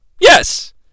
Yes